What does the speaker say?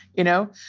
you know.